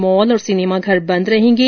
mall और सिनेमाघर बन्द रहेंगे